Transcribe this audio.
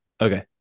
Okay